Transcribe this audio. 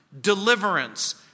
Deliverance